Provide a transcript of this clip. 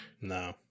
No